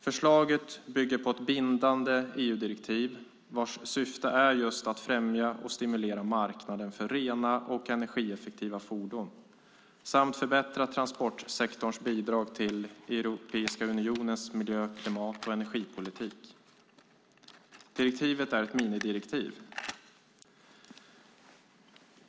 Förslaget bygger på ett bindande EU-direktiv vars syfte är just att främja och stimulera marknaden för rena och energieffektiva fordon samt förbättra transportsektorns bidrag till Europeiska unionens miljö-, klimat och energipolitik. Direktivet är ett minimidirektiv.